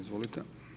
Izvolite.